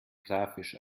grafisch